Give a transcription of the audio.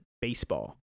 baseball